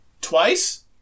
Twice